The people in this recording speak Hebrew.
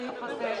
הסעיף הזה.